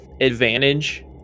advantage